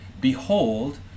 behold